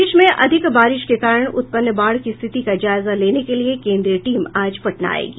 प्रदेश में अधिक बारिश के कारण उत्पन्न बाढ़ की स्थिति का जायजा लेने के लिए केन्द्रीय टीम आज पटना आयेगी